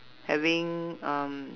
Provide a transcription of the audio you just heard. having um